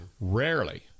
rarely